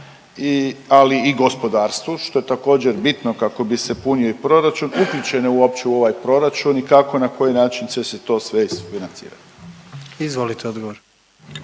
ali i gospodarstvu, što je također, bitno kako bi se punio i proračun, uključene uopće u ovaj proračun i kako, na koji način će se to sve isfinancirati. **Jandroković,